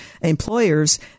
employers